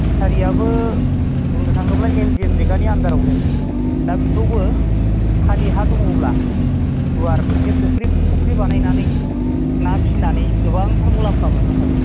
फिसारियाबो बुंनो थाङोब्ला एम जि एन रेगानि आण्डारयावनो दा बेखौबो खालि हा दङ'ब्ला गुवार मोनसे फुख्रि फुख्रि बानायनानै ना फिसिनानै गोबांथार मुलाम्फा मोन्नो हायो